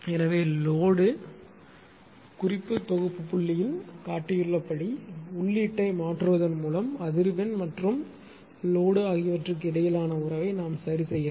எனவே லோடு குறிப்பு தொகுப்புப் புள்ளியில் காட்டப்பட்டுள்ளபடி உள்ளீட்டை மாற்றுவதன் மூலம் அதிர்வெண் மற்றும் லோடு ஆகியவற்றுக்கு இடையேயான உறவை சரிசெய்யலாம்